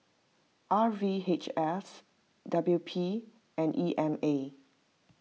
R V H S W P and E M A